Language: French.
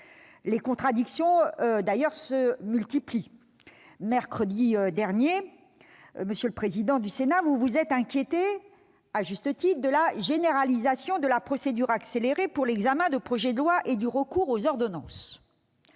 Les contradictions se multiplient d'ailleurs. Mercredi dernier, monsieur le président du Sénat, vous vous êtes inquiété, à juste titre, de la généralisation de la procédure accélérée pour l'examen des projets de loi et du recours aux ordonnances.